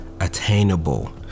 attainable